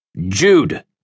Jude